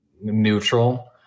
neutral